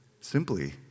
Simply